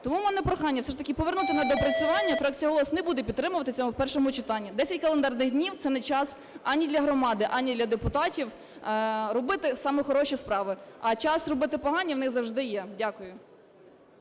Тому в мене прохання все ж таки повернути на доопрацювання. Фракція "Голос" не буде підтримувати це в першому читанні. 10 календарних днів – це не час ані для громади, ані для депутатів робити саме хороші справи, а час робити погані в них завжди є. Дякую.